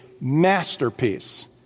masterpiece